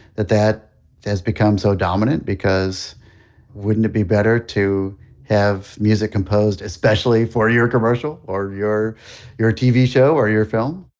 that that has become so dominant, because wouldn't it be better to have music composed especially for your commercial, or your your tv show, or your film?